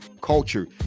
culture